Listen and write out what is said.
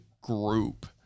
group